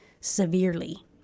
severely